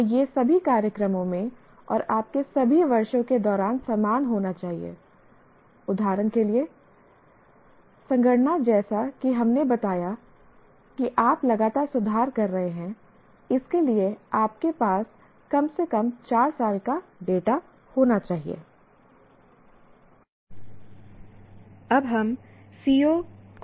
और यह सभी कार्यक्रमों में और आपके सभी वर्षों के दौरान समान होना चाहिए उदाहरण के लिए संगणना जैसा कि हमने बताया कि आप लगातार सुधार कर रहे हैं इसके लिए आपके पास कम से कम चार साल का डेटा होना चाहिए